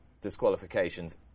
disqualifications